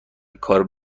کار